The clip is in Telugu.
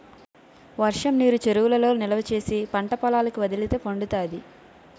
వర్షంనీరు చెరువులలో నిలవా చేసి పంటపొలాలకి వదిలితే పండుతాది